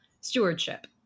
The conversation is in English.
stewardship